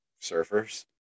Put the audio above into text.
surfers